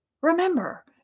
remember